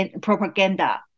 propaganda